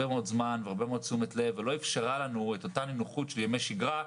זמן והרבה מאוד תשומת לב ולא אפשרה לנו את אותה נינוחות של ימי שגרה.